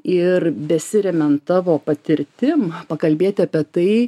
ir besiremiant tavo patirtim pakalbėti apie tai